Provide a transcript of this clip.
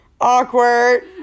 Awkward